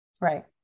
Right